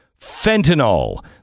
Fentanyl